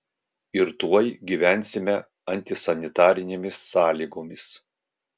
ir tuoj gyvensime antisanitarinėmis sąlygomis